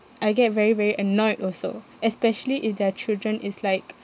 I get very very annoyed also especially if their children is like